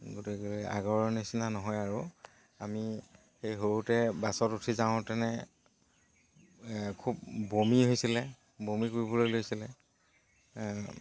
গতিকেই আগৰ নিচিনা নহয় আৰু আমি সেই সৰুতে বাছত উঠি যাওঁতে খুব বমি হৈছিলে বমি কৰিবলৈ লৈছিলে